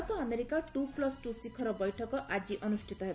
Bharat America two plus two ଶିଖର ବୈଠକ ଆଜି ଅନୁଷ୍ଠିତ ହେବ